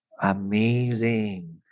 Amazing